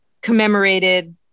commemorated